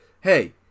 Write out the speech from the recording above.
hey